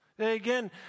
Again